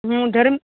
હું ધરમ